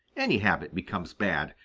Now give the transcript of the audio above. any habit becomes bad,